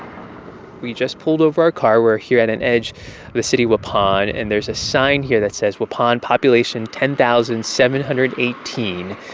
we just pulled over our car. we're here at an edge of the city waupun. and there's a sign here that says waupun population ten thousand seven hundred and eighteen.